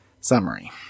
summary